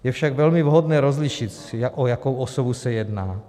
Je však velmi vhodné rozlišit, o jakou osobu se jedná.